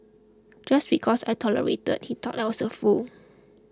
just because I tolerated he thought I was a fool